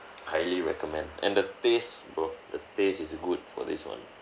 highly recommend and the taste bro the taste is good for this one